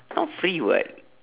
not free [what]